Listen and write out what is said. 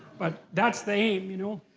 but that's the aim, you know?